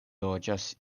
loĝas